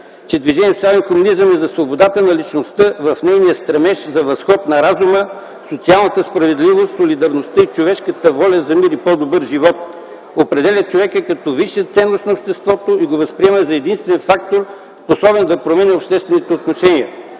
хуманизъм е за свободата на личността в нейния стремеж за възход на разума, социалната справедливост, солидарността и човешката воля за мир и по-добър живот. Определя човека като висша ценност на обществото и го възприема за единствен фактор, способен да променя обществените отношения.”